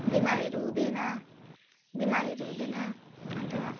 बिमारहरू हुँदैन बिमारहरू हुँदैन अन्त